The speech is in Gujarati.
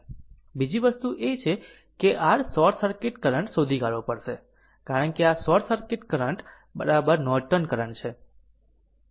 બીજી વસ્તુ એ છે કે r શોર્ટ સર્કિટ કરંટ શોધી કાઢવો પડશે કારણ કે આ short circuit current Norton current છે